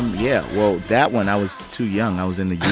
yeah. well, that one, i was too young. i was in the youth.